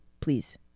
please